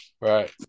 Right